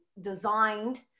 designed